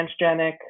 transgenic